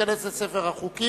וייכנס לספר החוקים.